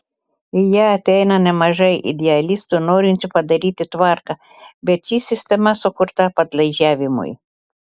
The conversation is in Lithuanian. į ją ateina nemažai idealistų norinčių padaryti tvarką bet ši sistema sukurta padlaižiavimui